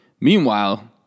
meanwhile